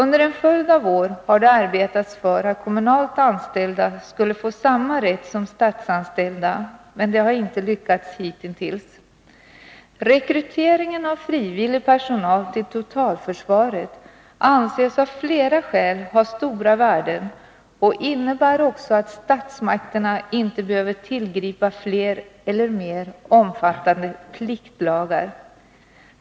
Under en följd av år har det arbetats för att kommunalt anställda skulle få samma rätt som statsanställda, men det har inte lyckats hitintills. Rekryteringen av frivillig personal till totalförsvaret anses av flera skäl ha stora värden och innebär också att statsmakterna inte behöver tillgripa fler eller mer omfattande pliktlagar.